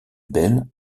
bell